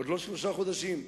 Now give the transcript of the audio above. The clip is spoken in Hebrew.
עוד לא שלושה חודשים,